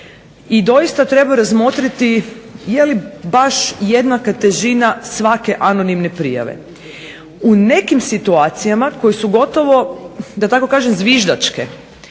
i doista treba razmotriti je li baš jednaka težina svake anonimne prijave. U nekim situacijama koje su gotovo zviždačke